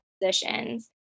positions